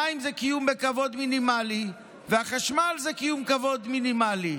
המים זה קיום בכבוד מינימלי והחשמל זה קיום בכבוד מינימלי.